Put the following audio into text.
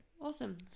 Awesome